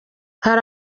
hari